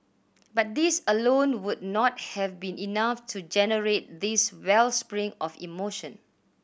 but these alone would not have been enough to generate this wellspring of emotion